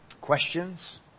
questions